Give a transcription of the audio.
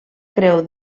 creu